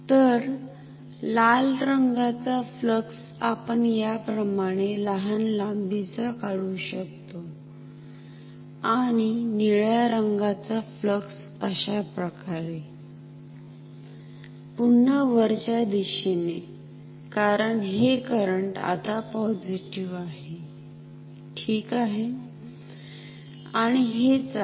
तर लाल रंगाचा फ्लक्स आपण याप्रमाणे लहान लांबीचा काढू शकतो आणि निळ्या रंगाचा फ्लक्स अशाप्रकारेपुन्हा वरच्या दिशेने कारण हे करंट आता पॉझिटिव्ह आहे ठीक आहे आणि हेच आहे